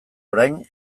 orain